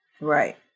Right